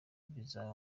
bizaba